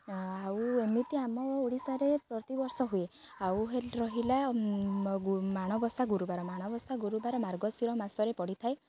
ଆଉ ଏମିତି ଆମ ଓଡ଼ିଶାରେ ପ୍ରତିବର୍ଷ ହୁଏ ଆଉ ହେ ରହିଲା ମାଣବସା ଗୁରୁବାର ମାଣବସା ଗୁରୁବାର ମାର୍ଗଶୀର ମାସରେ ପଡ଼ିଥାଏ